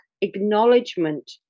acknowledgement